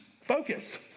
focus